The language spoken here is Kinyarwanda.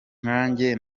nkanjye